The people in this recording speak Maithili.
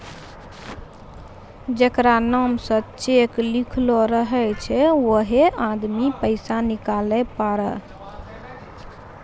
जेकरा नाम से चेक लिखलो रहै छै वैहै आदमी पैसा निकालै पारै